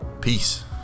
peace